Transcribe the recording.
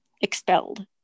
expelled